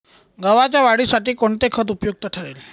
गव्हाच्या वाढीसाठी कोणते खत उपयुक्त ठरेल?